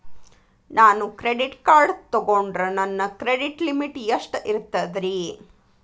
ನಾನು credit card ತೊಗೊಂಡ್ರ ನನ್ನ ಕ್ರೆಡಿಟ್ ಲಿಮಿಟ್ ಎಷ್ಟ ಇರ್ತದ್ರಿ?